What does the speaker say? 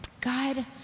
God